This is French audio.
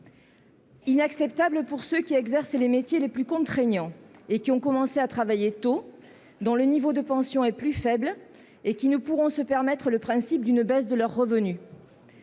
Inacceptable pour ceux qui exercent les métiers les plus contraignants et qui ont commencé à travailler tôt, dont le niveau de pension est plus faible et qui ne pourront se permettre le principe d'une baisse de leurs revenus.